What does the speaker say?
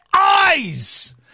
eyes